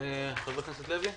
חבר הכנסת לוי?